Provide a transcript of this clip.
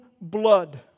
blood